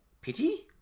Pity